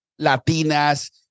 Latinas